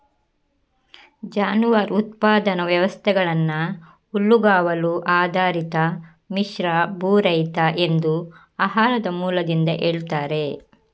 ಜಾನುವಾರು ಉತ್ಪಾದನಾ ವ್ಯವಸ್ಥೆಗಳನ್ನ ಹುಲ್ಲುಗಾವಲು ಆಧಾರಿತ, ಮಿಶ್ರ, ಭೂರಹಿತ ಎಂದು ಆಹಾರದ ಮೂಲದಿಂದ ಹೇಳ್ತಾರೆ